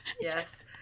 Yes